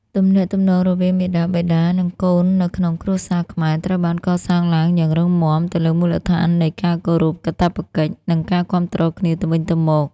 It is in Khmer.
ទំនាក់ទំនងរវាងមាតាបិតា និងកូននៅក្នុងគ្រួសារខ្មែរត្រូវបានកសាងឡើងយ៉ាងរឹងមាំទៅលើមូលដ្ឋាននៃ ការគោរព កាតព្វកិច្ច និង ការគាំទ្រគ្នាទៅវិញទៅមក។